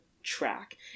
track